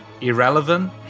irrelevant